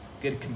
good